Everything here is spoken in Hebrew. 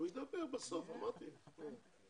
הוא ידבר בסוף, אמרתי.